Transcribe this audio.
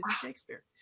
Shakespeare